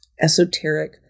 esoteric